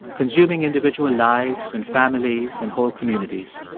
consuming individual lives and families and whole communities.